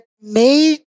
made